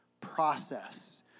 process